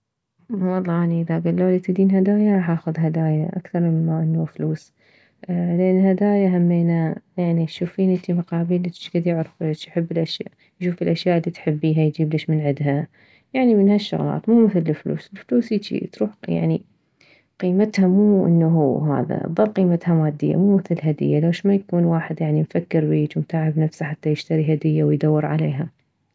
والله اني اذا كلولي تريدين هدايا راح اخذ هدايا اكثر مما انه فلوس لان هدايا يعني انتي همينه يعني تشوفين المقابيلج شكد يعرفج يحب الاشياء يشوف الي تحبيها يجيبلج من عدها يعني من هالشغلات مو مثل الفلوس الفولس هيجي تروح يعني قيمتها مو انه هذا تظل قيمتها مادية مو مثل الهدية لو شما يكون انه واحد مفكر بيج ومتعب نفسه حتى يشتري هدية ويدور عليها